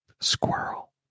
squirrel